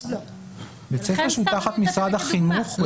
בית ספר שהוא תחת משרד החינוך?